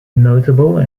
notable